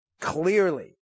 clearly